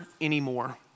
anymore